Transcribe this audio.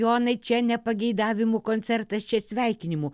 jonai čia ne pageidavimų koncertas čia sveikinimų